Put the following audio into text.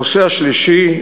הנושא השלישי,